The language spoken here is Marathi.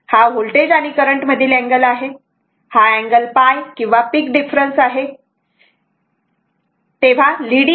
हा होल्टेज आणि करंट मधील अँगल आहे हा अँगल π किंवा पीक डिफरन्स आहे हा अँगल हा डिफरन्स ϕ आहे